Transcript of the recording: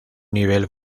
nivel